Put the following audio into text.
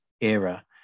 era